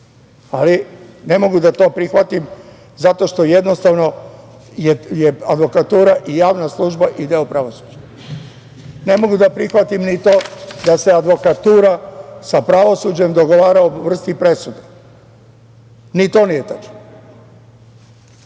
Ne mogu to da prihvatim zato što jednostavno je advokatura javna služba i deo pravosuđa. Ne mogu da prihvatim ni to da se advokatura sa pravosuđem dogovara o vrsti presude. Ni to nije tačno. Hoću